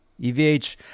EVH